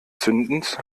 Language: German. zündens